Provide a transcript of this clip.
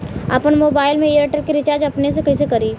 आपन मोबाइल में एयरटेल के रिचार्ज अपने से कइसे करि?